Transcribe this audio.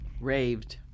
Raved